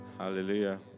Hallelujah